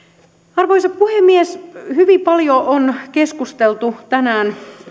arvoisa puhemies hyvin paljon on keskusteltu tänään